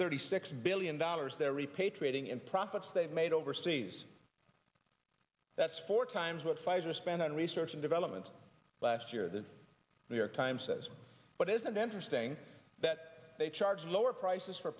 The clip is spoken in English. thirty six billion dollars they're repatriating in profits they've made overseas that's four times what pfizer spent on research and development last year the new york times says but isn't it interesting that they charge lower prices for